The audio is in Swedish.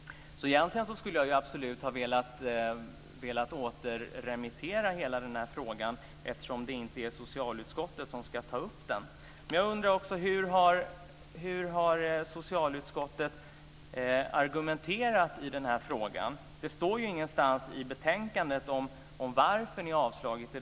Egentligen hade jag velat återremittera hela frågan eftersom det inte är socialutskottet som ska ta upp den. Hur har socialutskottet argumenterat i frågan? Det står ingenstans i betänkandet om varför frågan har avstyrkts.